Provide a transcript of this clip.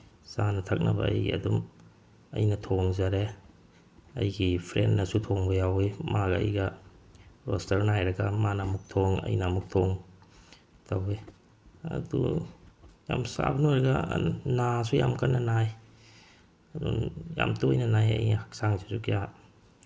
ꯆꯥꯅ ꯊꯛꯅꯕ ꯑꯩ ꯑꯗꯨꯝ ꯑꯩꯅ ꯊꯣꯡꯖꯔꯦ ꯑꯩꯒꯤ ꯐ꯭ꯔꯦꯟꯅꯁꯨ ꯊꯣꯡꯕ ꯌꯥꯎꯋꯤ ꯃꯥꯒ ꯑꯩꯒ ꯔꯣꯁꯇꯔ ꯅꯥꯏꯔꯒ ꯃꯥꯅ ꯑꯃꯨꯛ ꯊꯣꯡ ꯑꯩꯅ ꯑꯃꯨꯛ ꯊꯣꯡ ꯇꯧꯋꯤ ꯑꯗꯨ ꯌꯥꯝ ꯁꯥꯕꯅ ꯑꯣꯏꯔꯒ ꯅꯥꯁꯨ ꯌꯥꯝ ꯀꯟꯅ ꯅꯥꯏ ꯑꯗꯨꯝ ꯌꯥꯝ ꯇꯣꯏꯅ ꯅꯥꯏ ꯑꯩ ꯍꯛꯆꯥꯡꯁꯤꯁꯨ ꯀꯌꯥ